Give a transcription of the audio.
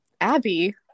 Abby